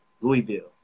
Louisville